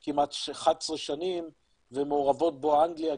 כבר כמעט 11 שנים ומעורבות בו אנגליה,